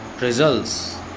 results